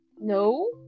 no